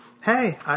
Hey